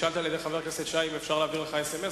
חבר הכנסת נחמן שי אם אפשר להעביר לך אס.אם.אס.